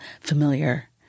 familiar